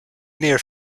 near